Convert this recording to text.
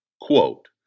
Quote